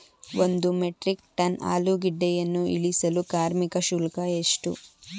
ಒಂದು metric tonne ಆಲೂಗೆಡ್ಡೆಯನ್ನು ಇಳಿಸಲು ಕಾರ್ಮಿಕ ಶುಲ್ಕ ಎಷ್ಟು?